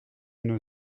une